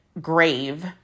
grave